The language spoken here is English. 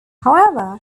however